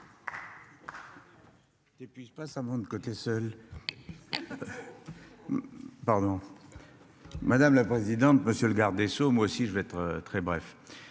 Madame la présidente, monsieur le garde des Sceaux. Moi aussi je vais être très bref.